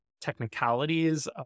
technicalities